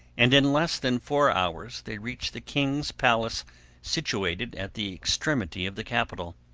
and in less than four hours they reached the king's palace situated at the extremity of the capital.